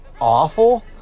awful